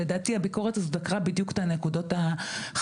לדעתי הביקורת הזו דקרה בדיוק בנקודות החשובות,